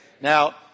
Now